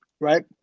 Right